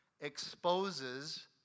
exposes